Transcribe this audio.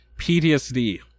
PTSD